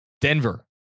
Denver